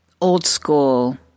old-school